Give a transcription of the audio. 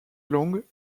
long